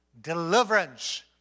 deliverance